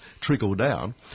trickle-down